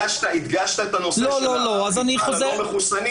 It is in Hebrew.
הדגשת את הנושא של האכיפה על הלא מחוסנים.